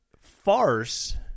farce